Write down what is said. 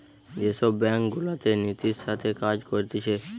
যে সব ব্যাঙ্ক গুলাতে নীতির সাথে কাজ করতিছে